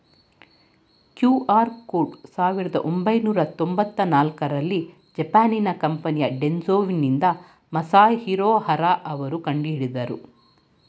QR code ಸಾವಿರದ ಒಂಬೈನೂರ ತೊಂಬತ್ತ ನಾಲ್ಕುರಲ್ಲಿ ಜಪಾನಿನ ಕಂಪನಿ ಡೆನ್ಸೊ ವೇವ್ನಿಂದ ಮಸಾಹಿರೊ ಹರಾ ಅವ್ರು ಕಂಡುಹಿಡಿದ್ರು